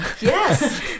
yes